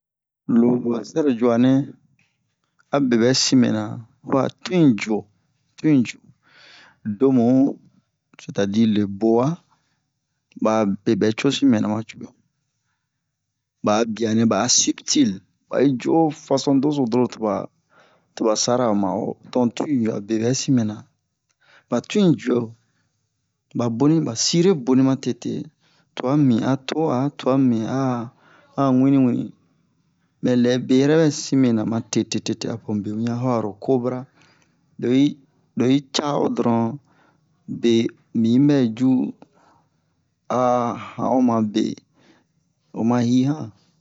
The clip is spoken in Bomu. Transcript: lo sɛro juanɛ abe bɛsin mɛna ho'a tun juo tun juo domu c'est à dire le bo'a ba bebɛ co sin mɛna ma cu'e ba'a bianɛ ba'a suptile ba'i juo façon deso donron toba sara'o ma'o don tun jua bebɛ sin mɛna ba tun juo ba boni ba sire boni ma tete tua mimi a to'a tua mimi a'a wini wini mɛ lɛbe yɛrɛ bebɛ sin mɛna ma tete apo mube wian ho'aro cobra lo'i lo'i ca'o donron be mi'ibɛ a han'o mabe oma hi han